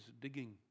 digging